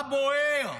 מה בוער?